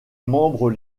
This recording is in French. membres